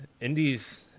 indies